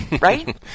Right